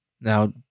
Now